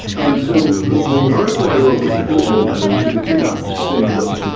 and so the the article i wrote was an open letter to the two doctors saying, look,